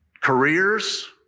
careers